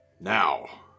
Now